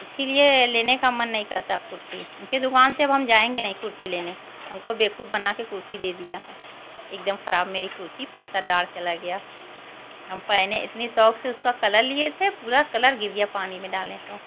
इसीलिए लेने का मन नहीं करता अब कुर्ती उनके दुकान से अब हम जाएँगे नहीं कुर्ती लेने हमको बेकुफ़ बनाकर कुर्ती दे दिया है एकदम खराब मेरी कुर्ती पैसा चला गया हम पहने इतनी शौक से उसका कलर लिए थे पूरा कलर गिर गया पानी में डालें तो